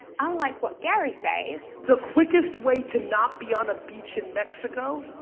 unlike what gary says. the quickest way to not be on a beach in mexico,